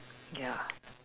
ya